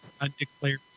undeclared